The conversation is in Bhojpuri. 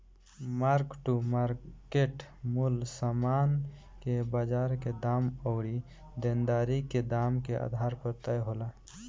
मार्क टू मार्केट मूल्य समान के बाजार के दाम अउरी देनदारी के दाम के आधार पर तय होला